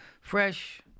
fresh